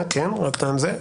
כן, שנייה.